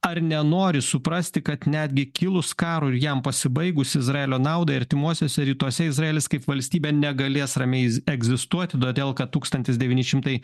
ar nenori suprasti kad netgi kilus karui ir jam pasibaigus izraelio naudai artimuosiuose rytuose izraelis kaip valstybė negalės ramiai egzistuoti todėl kad tūkstantis devyni šimtai